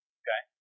okay